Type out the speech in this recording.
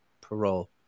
parole